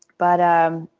but um